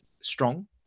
strong